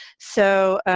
so,